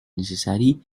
necessari